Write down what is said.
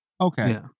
Okay